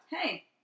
Hey